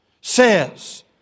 says